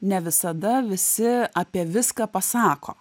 ne visada visi apie viską pasako